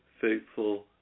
faithful